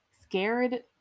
scared